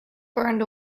burned